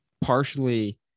partially